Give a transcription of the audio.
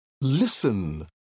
Listen